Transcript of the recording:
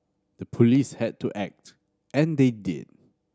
the police had to act and they did